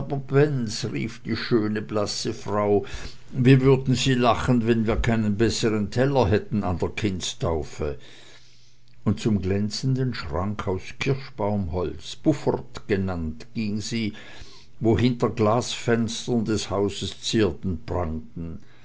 die schöne blasse frau wie würden sie lachen wenn wir keinen bessern teller hätten an der kindstaufe und zum glänzenden schrank aus kirschbaumholz buffert genannt ging sie wo hinter glasfenstern des hauses zierden prangten